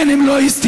כן, הם לא יסתמו.